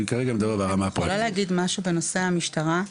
אני יכולה להגיד משהו בנושא המשטרה?